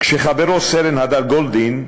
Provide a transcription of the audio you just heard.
כשחברו סרן הדר גולדין,